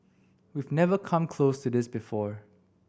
we've never come close to this before